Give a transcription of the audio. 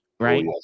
Right